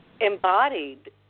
embodied